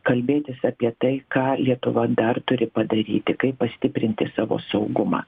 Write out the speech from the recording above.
kalbėtis apie tai ką lietuva dar turi padaryti kaip pastiprinti savo saugumą